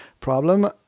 problem –